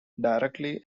directly